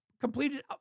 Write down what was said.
completed